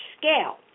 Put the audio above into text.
scale